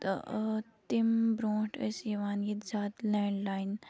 تمہِ برونٛٹھ ٲسۍ یِوان ییٚتہِ زیادٕ لینٛڈ لایِن